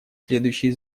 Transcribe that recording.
следующие